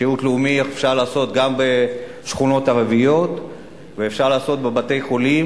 שירות לאומי אפשר לעשות גם בשכונות ערביות ואפשר לעשות בבתי-חולים,